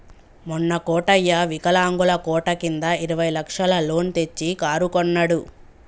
మొన్న కోటయ్య వికలాంగుల కోట కింద ఇరవై లక్షల లోన్ తెచ్చి కారు కొన్నడు